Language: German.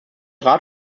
rat